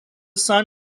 son